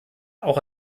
auch